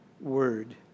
word